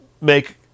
make